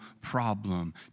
problem